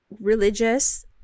religious